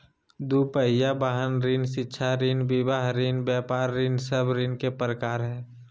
दू पहिया वाहन ऋण, शिक्षा ऋण, विवाह ऋण, व्यापार ऋण सब ऋण के प्रकार हइ